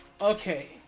okay